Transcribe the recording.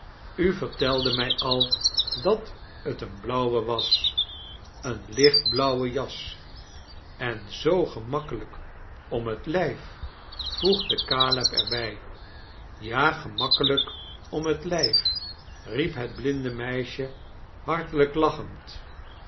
u veftelde mij al dat t een blauwe was een lichtblauwe jas en zoo gemakkelijk om het lrjf voegde caleb er bij ja gemakkelijk om het lijf riep het blinde meisje hartelijk lachend